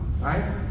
right